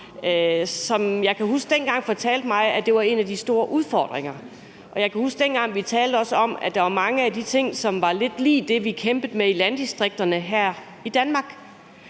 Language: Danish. som jeg kan huske dengang fortalte mig, at det var en af de store udfordringer. Jeg kan huske, at vi dengang også talte om, at der var mange af de ting, som var lidt lig det, vi kæmpede med i landdistrikterne her i Danmark.